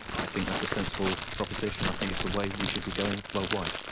i think that's a sensible proposition, i think it's the way we should be going worldwide.